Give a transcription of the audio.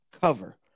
Cover